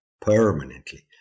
permanently